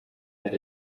that